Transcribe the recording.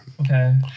Okay